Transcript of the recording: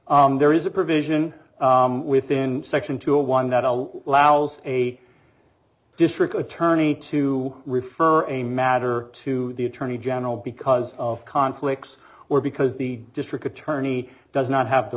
r there is a provision within section two a one that all allows a district attorney to refer a matter to the attorney general because of conflicts or because the district attorney does not have the